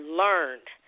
learned